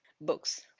books